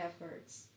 efforts